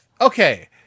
okay